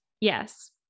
Yes